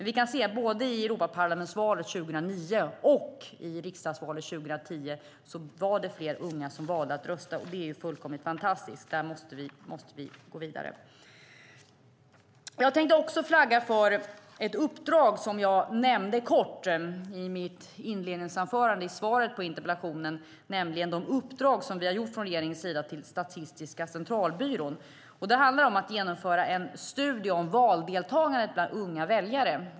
Vi kan se att det både i Europaparlamentsvalet 2009 och i riksdagsvalet 2010 var fler unga som valde att rösta. Det är fullkomligt fantastiskt, och där måste vi gå vidare. Jag tänkte också flagga för något jag nämnde kort i mitt svar på interpellationen, nämligen det uppdrag vi från regeringens sida har gett Statistiska centralbyrån. Det handlar om att genomföra en studie om valdeltagandet bland unga väljare.